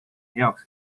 heaks